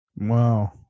Wow